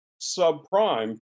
subprime